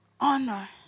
Honor